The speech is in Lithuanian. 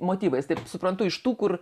motyvais taip suprantu iš tų kur